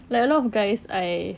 like a lot of guys I